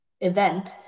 event